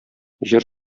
җыр